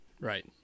Right